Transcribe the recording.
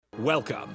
Welcome